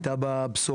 הייתה בה בשורה,